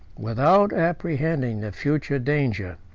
without apprehending the future danger,